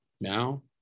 now